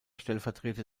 stellvertreter